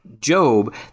Job